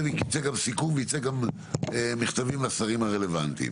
ייצא סיכום וגם מכתבים לשרים הרלבנטיים.